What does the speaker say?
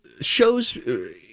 shows